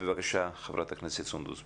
בבקשה, חברת הכנסת סונדוס סאלח.